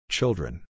Children